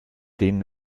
den